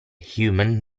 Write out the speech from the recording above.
human